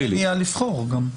אין מניעה לבחור גם.